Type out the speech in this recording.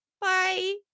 bye